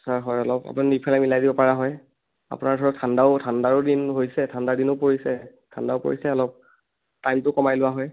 sir হয় অলপ মিলাই দিব পৰা হয় আপোনাৰ ধৰক ঠাণ্ডাও ঠাণ্ডাৰো দিন হৈছে ঠাণ্ডাৰ দিনো পৰিছে ঠাণ্ডাও পৰিছে অলপ টাইমটো কমাই লোৱা হয়